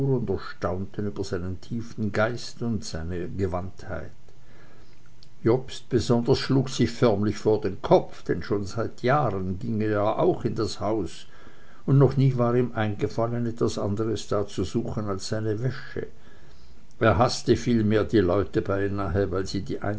erstaunten über seinen tiefen geist und über seine gewandtheit jobst besonders schlug sich förmlich vor den kopf denn schon seit jahren ging er ja auch in das haus und noch nie war ihm eingefallen etwas anderes da zu suchen als seine wäsche er haßte vielmehr die leute beinahe weil sie die